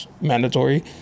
mandatory